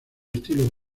estilo